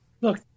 look